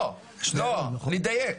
לא, לדייק.